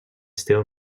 still